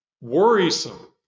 worrisome